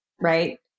right